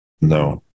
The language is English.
No